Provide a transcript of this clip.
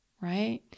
right